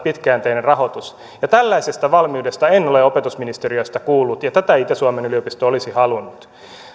pitkäjänteinen rahoitus tällaisesta valmiudesta en ole opetusministeriöstä kuullut ja tätä itä suomen yliopisto olisi halunnut